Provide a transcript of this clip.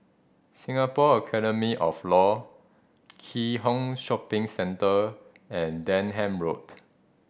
Singapore Academy of Law Keat Hong Shopping Centre and Denham Road